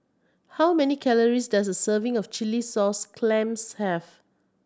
how many calories does a serving of chilli sauce clams have